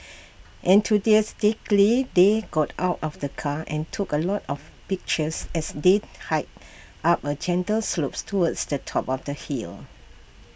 enthusiastically they got out of the car and took A lot of pictures as they hiked up A gentle slopes towards the top of the hill